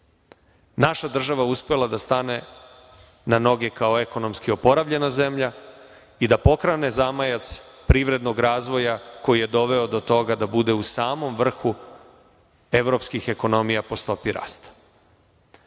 naša država uspela da stane na noge kao ekonomski oporavljena zemlja i da pokrene zamajac privrednog razvoja koji je doveo do toga da bude u samom vrhu evropskih ekonomija po stopi rasta.